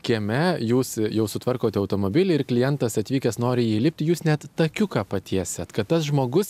kieme jūs jau sutvarkote automobilį ir klientas atvykęs nori į jį įlipti jūs net takiuką patiesiat kad tas žmogus